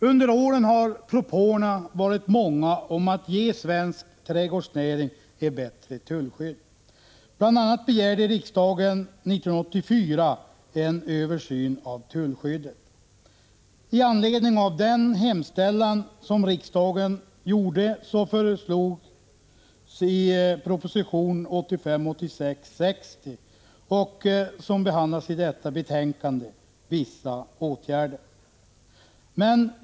Under åren har propåerna varit många om att ge svensk trädgårdsnäring ett bättre tullskydd. Bl. a. begärde riksdagen 1984 en översyn av tullskyddet. I anledning av den hemställan som riksdagen gjorde föreslogs i proposition 1985/86:60, som behandlas i detta betänkande, vissa åtgärder.